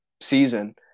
season